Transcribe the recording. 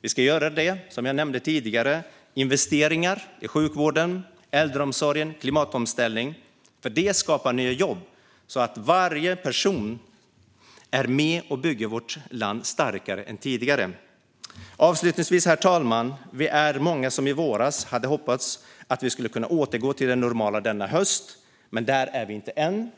Vi ska göra det genom investeringar i sjukvården, äldreomsorgen och klimatomställningen. Detta skapar nya jobb, så att varje person är med och bygger vårt land starkare än tidigare. Avslutningsvis: Vi är många som i våras hade hoppats att vi skulle kunna återgå till det normala denna höst. Men där är vi inte än.